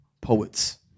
poets